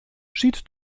schied